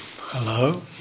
hello